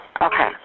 Okay